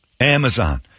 Amazon